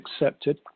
accepted